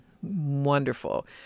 Wonderful